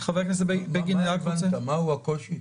מה הקושי?